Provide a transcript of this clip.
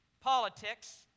Politics